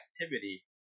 activity